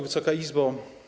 Wysoka Izbo!